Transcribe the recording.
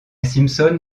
simpson